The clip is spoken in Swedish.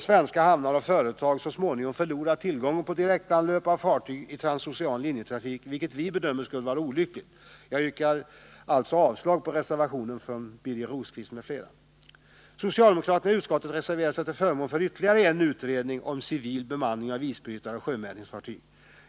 Svenska hamnar och svenska företag kommer annars att förlora tillgången på direktanlöp av fartyg i transocean linjetrafik, vilket vi bedömer skulle vara olyckligt. Jag yrkar alltså avslag på reservationen från Birger Rosqvist m.fl. Socialdemokraterna i utskottet reserverar sig till förmån för ytterligare en utredning om civil bemanning av isbrytare och sjömätningsfartyg.